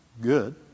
good